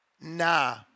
Nah